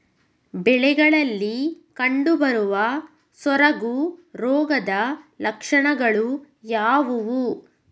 ಬೆಳೆಗಳಲ್ಲಿ ಕಂಡುಬರುವ ಸೊರಗು ರೋಗದ ಲಕ್ಷಣಗಳು ಯಾವುವು?